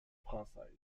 française